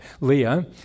Leah